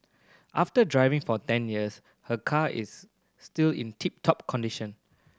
after driving for ten years her car is still in tip top condition